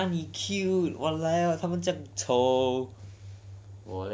哪里 cute !waliao! 它们这样丑